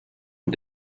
und